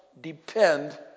depend